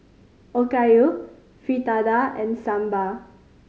Okayu Fritada and Sambar